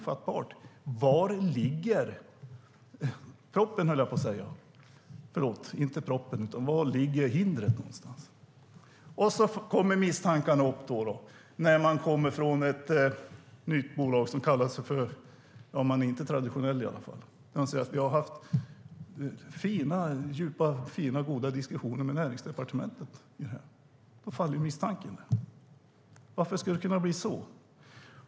Är inte det ofattbart? Var ligger hindret? Sedan kommer misstankarna när man från ett nytt bolag, som i varje fall inte är traditionellt, säger att man har haft fina, djupa och goda diskussioner med Näringsdepartementet om detta. Varför ska det kunna bli så?